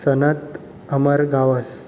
Sanat Amar Gawas